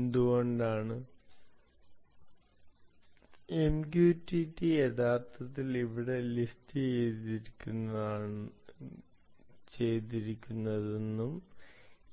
എന്തുകൊണ്ടാണ് MQTT യഥാർത്ഥത്തിൽ ഇവിടെ ലിസ്റ്റുചെയ്തിരിക്കുന്നതെന്നും